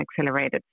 accelerated